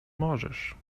możesz